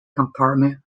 compartment